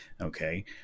okay